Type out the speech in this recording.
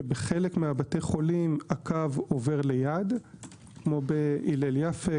שבחלק מבתי החולים הקו עובר ליד כמו בהלל יפה,